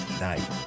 night